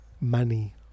money